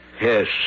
Yes